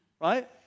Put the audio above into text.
right